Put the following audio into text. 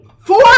Four